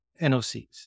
NOCs